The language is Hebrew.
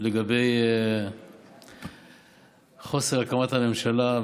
לגבי אי-הקמת המשלה.